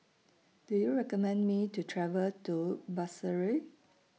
Do YOU recommend Me to travel to Basseterre